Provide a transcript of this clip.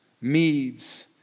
Medes